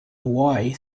hawaii